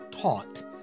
taught